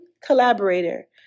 collaborator